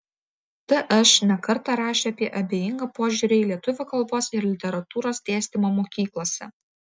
tš ne kartą rašė apie abejingą požiūrį į lietuvių kalbos ir literatūros dėstymą mokyklose